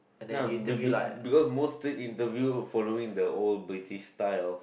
uh be~ be~ because most thing interview following the old British style